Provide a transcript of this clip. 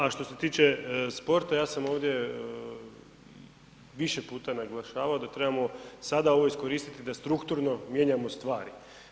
A što se tiče sporta ja sam ovdje više puta naglašavao da trebamo sada ovo iskoristiti da strukturno mijenjamo stvari.